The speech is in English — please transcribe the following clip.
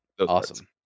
Awesome